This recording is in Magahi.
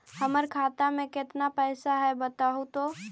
हमर खाता में केतना पैसा है बतहू तो?